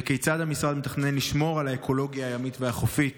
2. כיצד המשרד מתכנן לשמור על האקולוגיה הימית והחופית